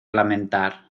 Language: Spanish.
lamentar